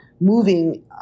moving